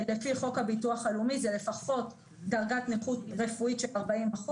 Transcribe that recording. זה לפחות דרגת נכות רפואית של 40%,